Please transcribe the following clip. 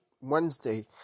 Wednesday